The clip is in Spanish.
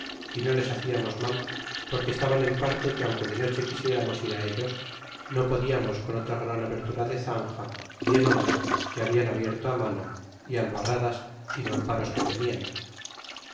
y no les haciamos mal porque estaban en parte que aunque de noche quisieramos ir ellos no podiamos con otra gran abertura de zanja bien honda que habian abierto mano é albarradas y mamparos que tenian